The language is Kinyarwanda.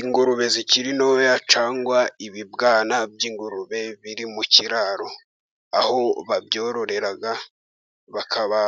Ingurube zikiri ntoya cyangwa ibibwana by'ingurube biri mu kiraro. Aho babyororera, bakaba